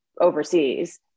overseas